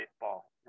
baseball